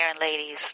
Ladies